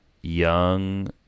young